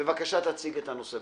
בבקשה תציג את הנושא.